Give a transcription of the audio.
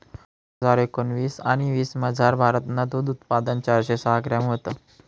दोन हजार एकोणाविस आणि वीसमझार, भारतनं दूधनं उत्पादन चारशे सहा ग्रॅम व्हतं